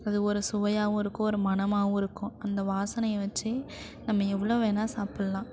அது ஒரு சுவையாகவும் இருக்கும் ஒரு மணமாகவும் இருக்கும் அந்த வாசனையை வைச்சே நம்ம எவ்வளவு வேணால் சாப்பிட்லாம்